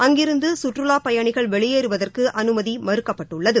அங்கிருந்து சுற்றுலாப்பயணிகள் வெளியேறுவதற்கு அனுமதி மறுக்கப்பட்டுள்ளது